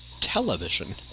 television